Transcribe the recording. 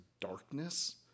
darkness